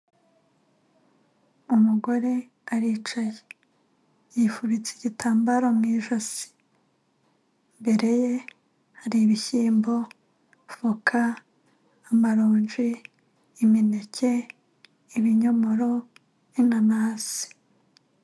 Umugore aricaye, yifubitse igitambaro mu ijosi. Imbere ye hari ibishyimbo, voka, amaronji, imineke, ibinyomoro, n’anasi.